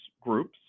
groups